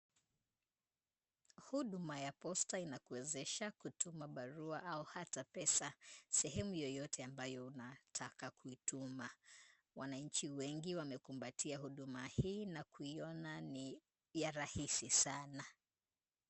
Huduma ya posta inakuwezesha kutuma barua au hata pesa sehemu yoyote ambayo unataka kuituma. Wananchi wengi wamekumbatia huduma hii na kuiona ni ya rahisi sana.